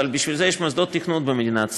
אבל בשביל זה יש מוסדות תכנון במדינת ישראל.